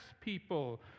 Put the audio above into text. people